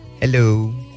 hello